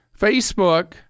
Facebook